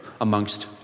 amongst